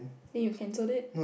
then you cancelled it